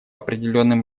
определенным